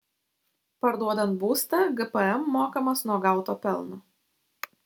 parduodant būstą gpm mokamas nuo gauto pelno